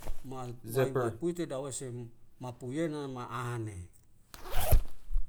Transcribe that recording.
Mat waiwaipute dawese hum mapuyena ma'ane